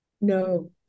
No